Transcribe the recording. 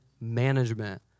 management